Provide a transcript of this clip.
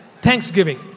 thanksgiving